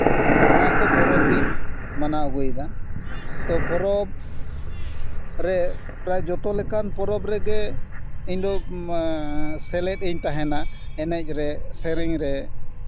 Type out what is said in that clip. ᱱᱚᱣᱟ ᱠᱚ ᱯᱚᱨᱚᱵᱽ ᱤᱧ ᱢᱟᱱᱟᱣ ᱟᱹᱜᱩᱭᱮᱫᱟ ᱛᱚ ᱯᱚᱨᱚᱵᱽ ᱨᱮ ᱯᱨᱟᱭ ᱡᱚᱛᱚ ᱞᱮᱠᱟᱱ ᱯᱚᱨᱚᱵᱽ ᱨᱮᱜᱮ ᱤᱧ ᱫᱚ ᱥᱮᱞᱮᱫ ᱤᱧ ᱛᱟᱦᱮᱱᱟ ᱮᱱᱮᱡ ᱨᱮ ᱥᱮᱨᱮᱧ ᱨᱮ